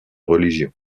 religion